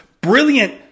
brilliant